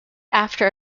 after